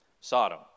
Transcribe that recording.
Sodom